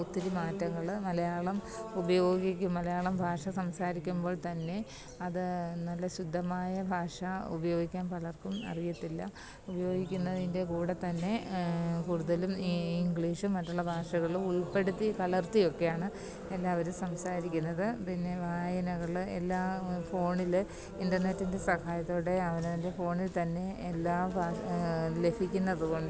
ഒത്തിരി മാറ്റങ്ങൾ മലയാളം ഉപയോഗിക്കും മലയാളം ഭാഷ സംസാരിക്കുമ്പോൾ തന്നെ അത് നല്ല ശുദ്ധമായ ഭാഷ ഉപയോഗിക്കാൻ പലർക്കും അറിയത്തില്ല ഉപയോഗിക്കുന്നതിൻ്റെ കൂടെ തന്നെ കൂടുതലും ഈ ഇംഗ്ലീഷും മറ്റുള്ള ഭാഷകളും ഉൾപ്പെടുത്തി കലർത്തി ഒക്കെയാണ് എല്ലാവരും സംസാരിക്കുന്നത് പിന്നേ വായനകൾ എല്ലാ ഫോണിൽ ഇൻ്റർനെറ്റിൻ്റെ സഹായത്തോടെ അവനവൻ്റെ ഫോണിൽ തന്നെ എല്ലാ ലഭിക്കുന്നത് കൊണ്ട്